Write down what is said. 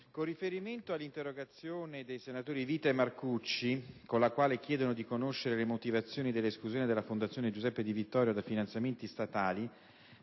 Con riferimento all'interrogazione dei senatori Vita e Marcucci, con la quale chiedono di conoscere le motivazioni dell'esclusione della Fondazione Giuseppe Di Vittorio dai finanziamenti statali,